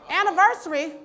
anniversary